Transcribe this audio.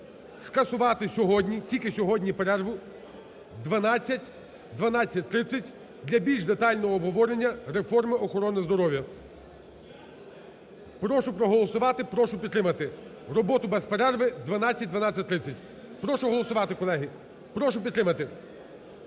скасувати сьогодні, тільки сьогодні, перерву 12:00 – 12:30 для більш детального обговорення реформи охорони здоров'я. Прошу проголосувати. Прошу підтримати роботу без перерви 12:00 – 12:30. Прошу голосувати, колеги. Прошу підтримати.